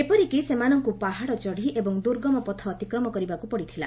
ଏପରିକି ସେମାନଙ୍କୁ ପାହାଡ଼ ଚଢ଼ି ଏବଂ ଦୂର୍ଗମ ପଥ ଅତିକ୍ରମ କରିବାକୁ ପଡ଼ିଥିଲା